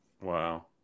Wow